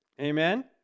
Amen